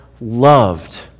loved